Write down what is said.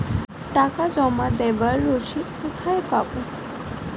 টাকা জমা দেবার রসিদ কোথায় পাব?